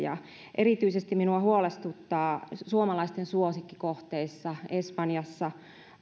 erityisesti minua huolestuttavat suomalaisten suosikkikohteissa espanjassa